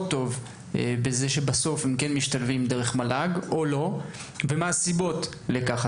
טוב בזה שהם משתלבים דרך המל"ג ומה הסיבות לכך.